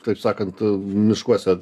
kaip sakant e miškuose